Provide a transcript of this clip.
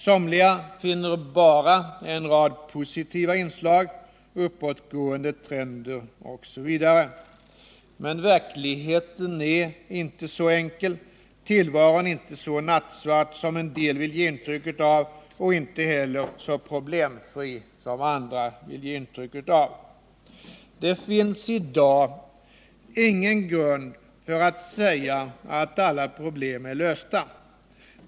Somliga finner bara en rad positiva inslag, uppåtgående trender osv. Men verkligheten är inte så enkel. Tillvaron är inte så nattsvart som en del vill ge intryck av, och inte heller så problemfri som andra vill ge intryck av. Det finns i dag ingen grund för att säga att alla problem är lösta.